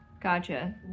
Gotcha